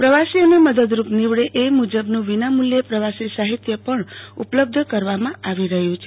પ્રવાસીઓ ને મદદરૂપ નીવડે એ મુજબનું વિનામુલ્યે પ્રવાસી સાહિત્ય ઉપલબ્ધ કરવામાં આવી રહ્યું છે